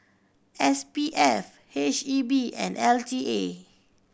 S P F H E B and L T A